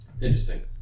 Interesting